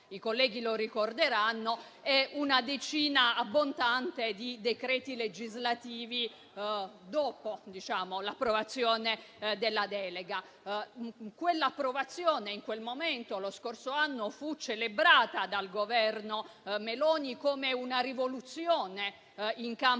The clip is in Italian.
i colleghi ricorderanno) e una decina abbondante di decreti legislativi dopo l'approvazione della delega. Quell'approvazione in quel momento, lo scorso anno, fu celebrata dal Governo Meloni come una rivoluzione in campo